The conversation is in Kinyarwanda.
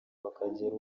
bakagera